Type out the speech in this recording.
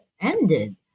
ended